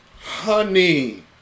Honey